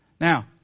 Now